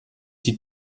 die